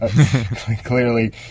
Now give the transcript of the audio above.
clearly